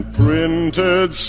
printed